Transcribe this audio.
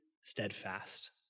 steadfast